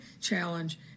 challenge